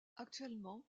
actuellement